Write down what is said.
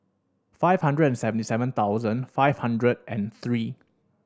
five hundred and seventy seven thousand five hundred and three